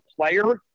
player